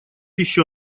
еще